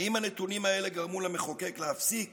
האם הנתונים האלה גרמו למחוקק להפסיק